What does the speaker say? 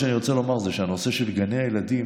מה שאני רוצה לומר הוא שהנושא של גני הילדים